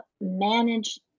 manage